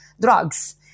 Drugs